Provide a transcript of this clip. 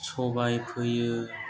सबाय फोयो